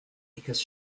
because